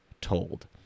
told